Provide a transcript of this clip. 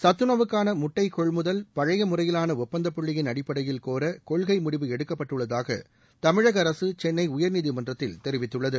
சத்துணவுக்கான முட்டை கொள்முதல் பழைய முறையிலான ஒப்பந்த புள்ளியின் அடிப்படையில் கோர கொள்கை முடிவு எடுக்கப்பட்டுள்ளதாக தமிழக அரசு சென்னை உயர்நீதிமன்றத்தில் தெரிவித்துள்ளது